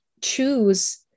choose